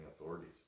authorities